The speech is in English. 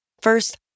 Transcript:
First